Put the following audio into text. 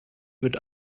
wird